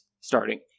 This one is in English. starting